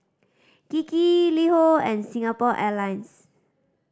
Kiki LiHo and Singapore Airlines